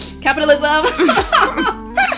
Capitalism